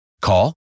Call